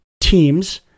teams